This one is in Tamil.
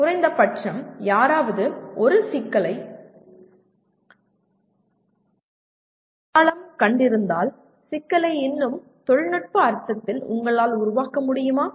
குறைந்தபட்சம் யாராவது ஒரு சிக்கலை அடையாளம் கண்டிருந்தால் சிக்கலை இன்னும் தொழில்நுட்ப அர்த்தத்தில் உங்களால் உருவாக்க முடியுமா